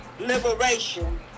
Liberation